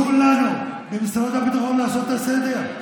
תנו לנו במשרד הביטחון לעשות את הסדר.